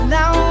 now